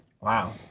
Wow